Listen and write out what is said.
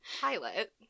pilot